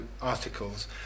articles